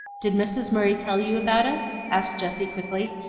did mrs. murray tell you about us? asked jessie quickly,